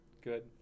good